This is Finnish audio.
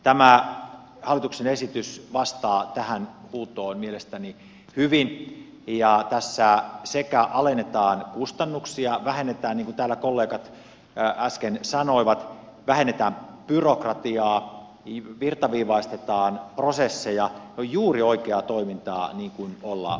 tämä hallituksen esitys vastaa tähän huutoon mielestäni hyvin ja tässä alennetaan kustannuksia vähennetään byrokratiaa niin kuin täällä kollegat äsken sanoivat virtaviivaistetaan prosesseja juuri oikeaa toimintaa niin kuin olla pitää